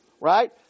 right